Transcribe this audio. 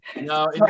No